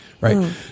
right